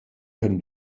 können